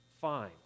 fine